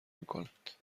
میکند